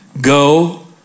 go